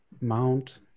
Mount